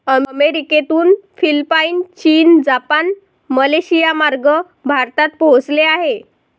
अमेरिकेतून फिलिपाईन, चीन, जपान, मलेशियामार्गे भारतात पोहोचले आहे